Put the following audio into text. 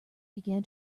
began